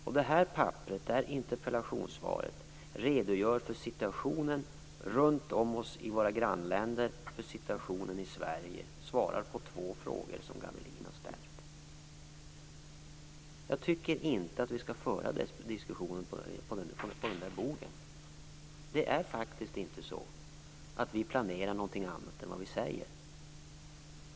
I detta papper - interpellationssvaret - redogörs det för situationen runt om oss i våra grannländer och för situationen i Sverige. Det svaras på två frågor som Gavelin har ställt. Jag tycker inte att vi skall föra diskussionen på den bogen. Det är faktiskt inte så att vi planerar någonting annat än vad vi säger.